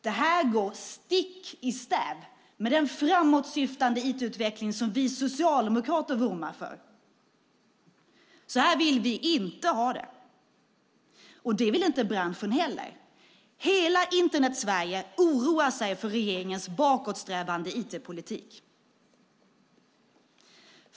Det här går stick i stäv med den framåtsyftande IT-utveckling som vi socialdemokrater vurmar för. Så här vill vi inte ha det! Och det vill inte branschen heller. Hela Internetsverige oroar sig för regeringens bakåtsträvande IT-politik.